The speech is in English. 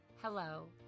Hello